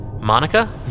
Monica